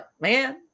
man